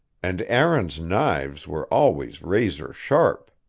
and aaron's knives were always razor sharp.